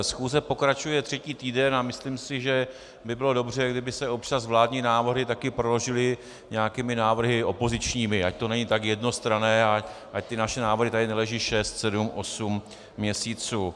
Schůze pokračuje třetí týden a myslím si, že by bylo dobře, kdyby se občas vládní návrhy taky proložily nějakými návrhy opozičními, ať to není tak jednostranné a ať tady naše návrhy neleží šest, sedm, osm měsíců.